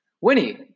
winnie